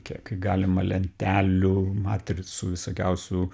kiek galima lentelių matricų visokiausių